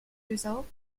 result